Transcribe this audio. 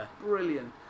brilliant